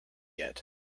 yet